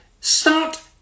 start